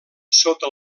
sota